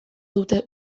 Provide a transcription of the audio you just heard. dute